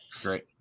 Great